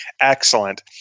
Excellent